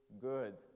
good